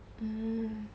mm